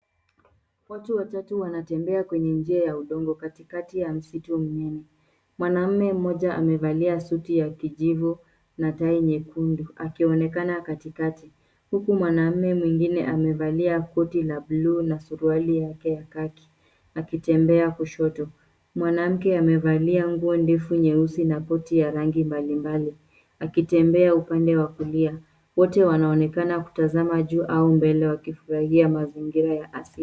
Watu watatu wanatembea kwenye njia ya udongo katikati ya msitu mnene. Mwanaume mmoja amevalia suti ya kijivu na tai nyekundu akionekana katikati huku mwanaume mwingine amevalia koti la buluu na suruali yake ya kaki akitembea kushoto. Mwanamke amevalia nguo ndefu nyeusi na koti ya rangi mbalimbali akitembea upande wa kulia. Wote wanaonekana kutazama juu au mbele wakifurahia mazingira ya asili.